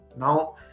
now